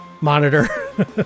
monitor